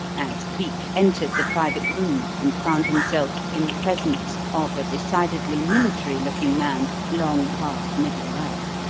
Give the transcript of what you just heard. as cleek entered the private room and found himself in the presence of a decidedly military-looking man long past middle life,